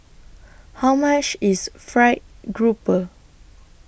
How much IS Fried Grouper